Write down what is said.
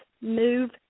move